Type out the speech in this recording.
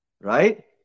Right